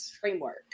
framework